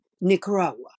Nicaragua